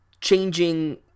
changing